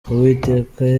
uwiteka